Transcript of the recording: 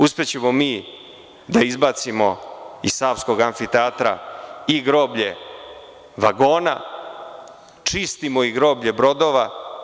Uspećemo i mi da izbacimo iz Savskog amfiteatra i groblje vagona, čistimo i groblje brodova.